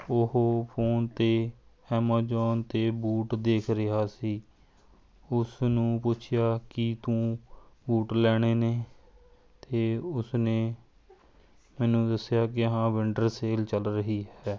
ਉਹ ਫ਼ੋਨ 'ਤੇ ਐਮਾਜ਼ੋਨ 'ਤੇ ਬੂਟ ਦੇਖ ਰਿਹਾ ਸੀ ਉਸ ਨੂੰ ਪੁੱਛਿਆ ਕੀ ਤੂੰ ਬੂਟ ਲੈਣੇ ਨੇ ਤਾਂ ਉਸਨੇ ਮੈਨੂੰ ਦੱਸਿਆ ਕਿ ਹਾਂ ਵਿੰਟਰ ਸੇਲ ਚੱਲ ਰਹੀ ਹੈ